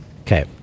Okay